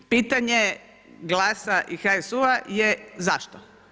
Pitanje GLAS-a i HSU-a je zašto.